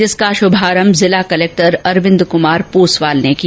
जिसका शुभारंभ जिला कलेक्टर अरविन्द कुमार पोसवाल ने किया